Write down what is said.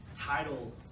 Title